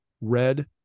red